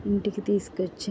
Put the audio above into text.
ఇంటికి తీసుకు వచ్చి